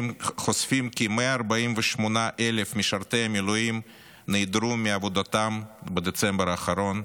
חושפים כי 148,000 משרתי המילואים נעדרו מעבודתם בדצמבר האחרון,